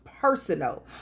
personal